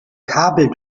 kabel